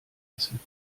essen